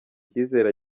cyizere